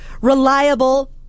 Reliable